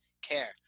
care